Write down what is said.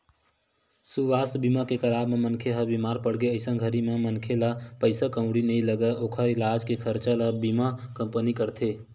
सुवास्थ बीमा के कराब म मनखे ह बीमार पड़गे अइसन घरी म मनखे ला पइसा कउड़ी नइ लगय ओखर इलाज के खरचा ल बीमा कंपनी करथे